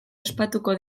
ospatuko